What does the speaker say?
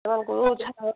ସେମାନଙ୍କୁ